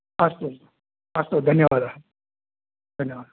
अस्तु अस्तु धन्यवादः धन्यवादः